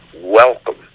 welcome